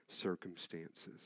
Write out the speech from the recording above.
circumstances